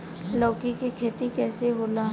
लौकी के खेती कइसे होला?